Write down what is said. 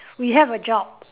we have a job